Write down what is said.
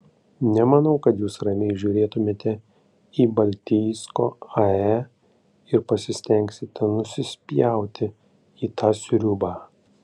nemanau kad jūs ramiai žiūrėtumėte į baltijsko ae ir pasistengsite nusispjauti į tą sriubą